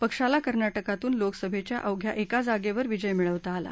पक्षाला कर्नाटकातून लोकसभेच्या अवघ्या एका जागेवर विजय मिळवता आला